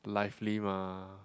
lively mah